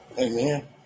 amen